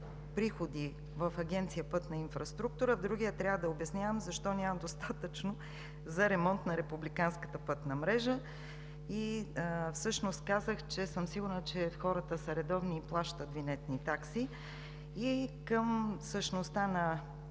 в Агенция „Пътна инфраструктура“, в другия трябва да обяснявам защо няма достатъчно за ремонт на републиканската пътна мрежа. Всъщност казах, че съм сигурна, че хората са редовни и плащат винетни такси. Към същността на